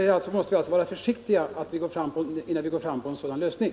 Jag menar därför att vi måste vara försiktiga innan vi går in för en sådan lösning.